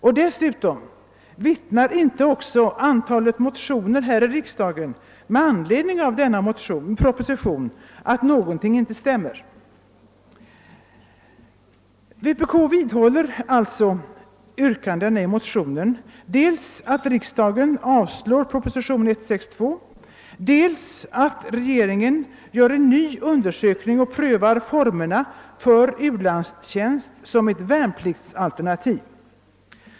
Och dessutom vittnar inte också antalet motioner här i riksdagen med anledning av propositionen om att någonting inte stämmer? nen, alltså dels att riksdagen avslår propositionen 162, dels att regeringen i ny undersökning prövar formerna för ulandstjänst som ett värnpliktsalternativ.